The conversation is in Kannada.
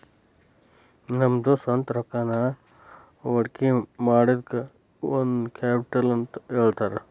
ನಮ್ದ ಸ್ವಂತ್ ರೊಕ್ಕಾನ ಹೊಡ್ಕಿಮಾಡಿದಕ್ಕ ಓನ್ ಕ್ಯಾಪಿಟಲ್ ಅಂತ್ ಹೇಳ್ತಾರ